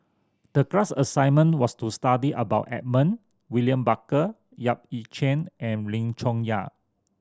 the class assignment was to study about Edmund William Barker Yap Ee Chian and Lim Chong Yah